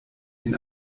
den